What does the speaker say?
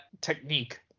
technique